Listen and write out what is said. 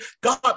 God